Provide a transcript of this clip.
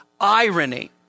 irony